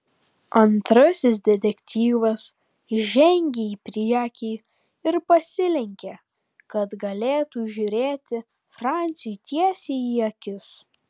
antrasis detektyvas žengė į priekį ir pasilenkė kad galėtų žiūrėti franciui tiesiai į akis